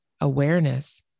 awareness